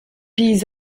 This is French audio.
pays